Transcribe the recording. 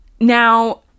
Now